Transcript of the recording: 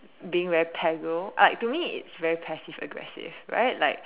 being very paggro like to me it's very passive aggressive right like